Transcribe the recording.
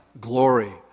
glory